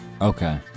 Okay